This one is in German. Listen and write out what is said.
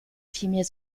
vielmehr